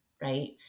right